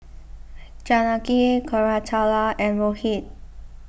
Janaki Koratala and Rohit